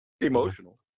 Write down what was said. Emotional